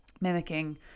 mimicking